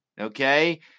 okay